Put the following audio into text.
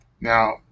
Now